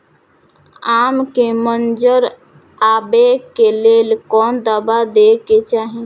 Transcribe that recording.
आम के मंजर आबे के लेल कोन दवा दे के चाही?